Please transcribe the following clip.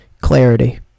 clarity